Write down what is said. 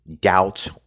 doubt